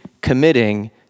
committing